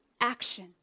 action